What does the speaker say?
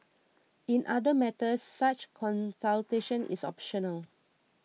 in other matters such consultation is optional